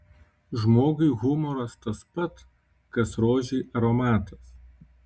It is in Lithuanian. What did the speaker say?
žmogui humoras tas pat kas rožei aromatas